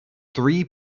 three